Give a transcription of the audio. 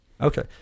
Okay